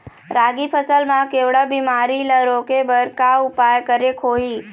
रागी फसल मा केवड़ा बीमारी ला रोके बर का उपाय करेक होही?